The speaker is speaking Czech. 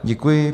Děkuji.